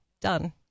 done